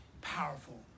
Powerful